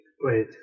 wait